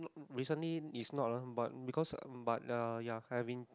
recently is not lah but because but um ya I have